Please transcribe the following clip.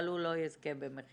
אבל הוא לא יזכה במחיאות.